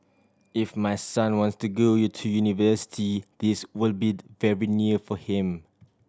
if my son wants to go you to university this will be very near for him